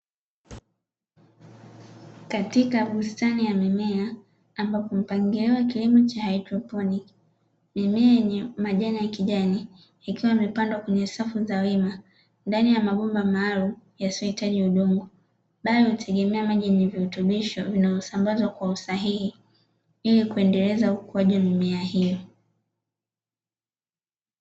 Katika bustani ya mimea ambapo kumpangiwa kilimo cha haidroponi mimea yenye majani ya kijani ikiwa imepandwa kwenye safu za wema ndani ya mabomba maalu yasiyohitaji udongo bado hutegemea maji nilivyorutubisho vinavyosambazwa kwa usahihi ili kuendeleza ukuaji mimea hiyo.